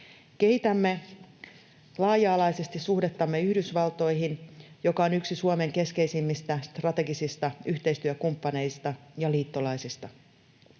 Kehitämme laaja-alaisesti suhdettamme Yhdysvaltoihin, joka on yksi Suomen keskeisimmistä strategisista yhteistyökumppaneista ja liittolaisista.